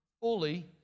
fully